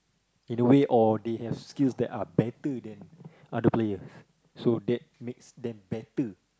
in a way or they have skills that are better than other player so that makes them better